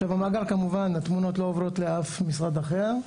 התמונות כמובן לא עוברות לאף משרד אחר,